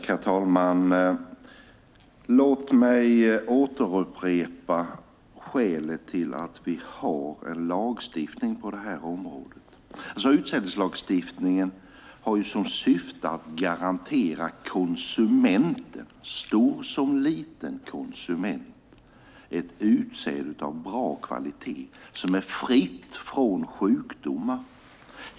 Herr talman! Låt mig upprepa skälet till att vi har en lagstiftning på det här området. Utsädeslagstiftningen har som syfte att garantera konsumenten - stor som liten - ett utsäde av bra kvalitet och fritt från sjukdomar.